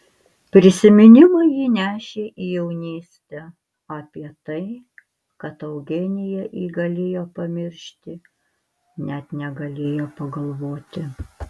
prisiminimai jį nešė į jaunystę apie tai kad eugenija jį galėjo pamiršti net negalėjo pagalvoti